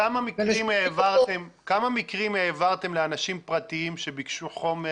בכמה מקרים העברתם לאנשים פרטיים שביקשו חומר